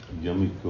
yummy